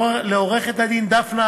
לעורכת-הדין דפנה